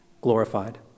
glorified